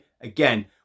Again